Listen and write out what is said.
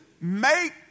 Make